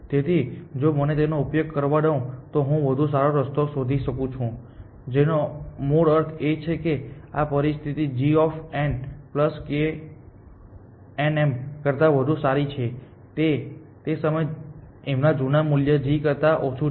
તેથી જો મને તેનો ઉપયોગ કરવા દઉં તો હું વધુ સારો રસ્તો શોધી શકું છું જેનો મૂળ અર્થ એ છે કે આ પરિસ્થિતિ g k n m કરતા વધુ સારી છે તે તે સમયે એમના જૂના મૂલ્યના g કરતા ઓછું છે